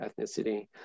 ethnicity